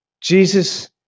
Jesus